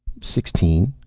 sixteen.